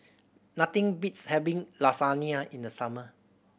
nothing beats having Lasagna in the summer